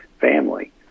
family